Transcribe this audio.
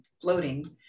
floating